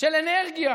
של אנרגיה